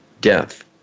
death